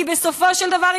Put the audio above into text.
כי בסופו של דבר,